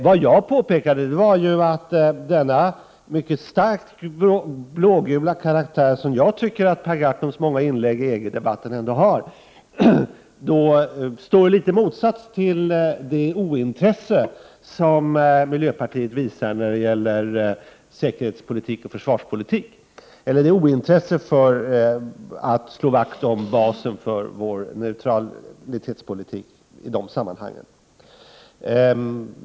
Vad jag påpekade var att denna mycket starkt blågula karaktär, som jag tycker att Per Gahrtons många inlägg i EG-debatten har, står i motsats till det ointresse som miljöpartiet visar när det gäller säkerhetspolitik och försvars Politik eller ointresset för att slå vakt om basen för Sveriges neutralitetspolitik i de sammanhangen.